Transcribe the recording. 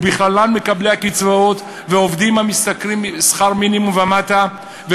ובכללן מקבלי הקצבאות ועובדים המשתכרים שכר מינימום ומטה,